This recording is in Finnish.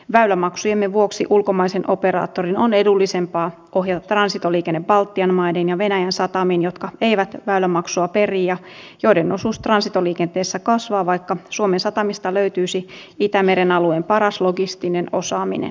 väylämaksujemme vuoksi ulkomaisen operaattorin on edullisempaa ohjata transitoliikenne baltian maiden ja venäjän satamiin jotka eivät väylämaksua peri ja joiden osuus transitoliikenteessä kasvaa vaikka suomen satamista löytyisi itämeren alueen paras logistinen osaaminen